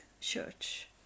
church